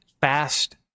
fast